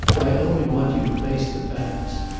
i only want you to face the facts.